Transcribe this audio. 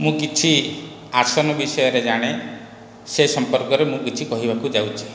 ମୁଁ କିଛି ଆସନ ବିଷୟରେ ଜାଣେ ସେ ସମ୍ପର୍କରେ ମୁଁ କିଛି କହିବାକୁ ଯାଉଛି